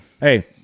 Hey